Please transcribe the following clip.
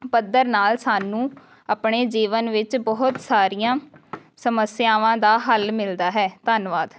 ਪੱਧਰ ਨਾਲ ਸਾਨੂੰ ਆਪਣੇ ਜੀਵਨ ਵਿੱਚ ਬਹੁਤ ਸਾਰੀਆਂ ਸਮੱਸਿਆਵਾਂ ਦਾ ਹੱਲ ਮਿਲਦਾ ਹੈ ਧੰਨਵਾਦ